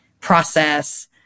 process